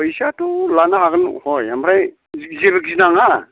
फैसाथ' लानो हागोन हय ओमफ्राय जेबो गिनाङा